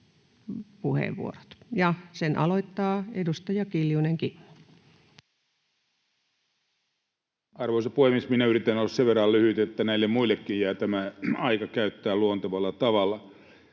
Time: 21:57 Content: Arvoisa puhemies! Minä yritän olla sen verran lyhyt, että näille muillekin jää tämä aika käyttää luontevalla tavalla.